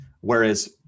Whereas